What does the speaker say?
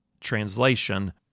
translation